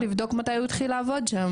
לבדוק מתי הוא התחיל לעבוד שם,